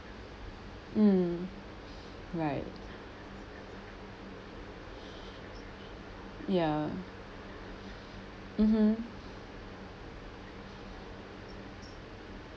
mm right ya mmhmm